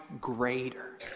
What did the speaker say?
greater